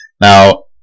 Now